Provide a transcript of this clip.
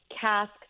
cask